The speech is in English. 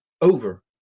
over